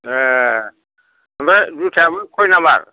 ए आमफ्राय जुथायाबो खय नाम्बार